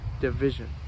division